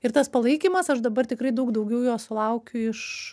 ir tas palaikymas aš dabar tikrai daug daugiau jo sulaukiu iš